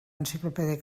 enciclopèdia